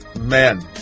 men